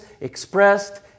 expressed